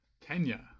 Kenya